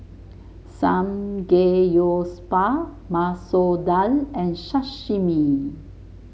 Samgeyopsal Masoor Dal and Sashimi